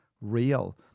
Real